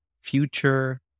future